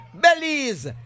Belize